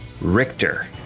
Richter